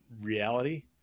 reality